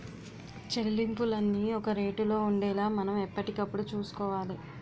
చెల్లింపులన్నీ ఒక రేటులో ఉండేలా మనం ఎప్పటికప్పుడు చూసుకోవాలి